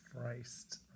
Christ